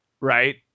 right